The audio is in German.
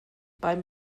beim